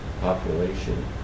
population